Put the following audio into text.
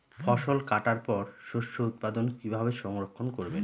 ফসল কাটার পর শস্য উৎপাদন কিভাবে সংরক্ষণ করবেন?